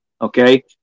Okay